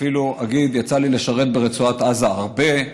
אפילו אגיד שיצא לי לשרת ברצועת עזה הרבה,